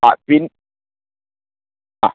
ആ പിന്നെ ആ